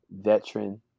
veteran